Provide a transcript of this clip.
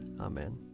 Amen